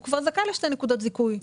הוא כבר זכאי לשתי נקודות זיכוי.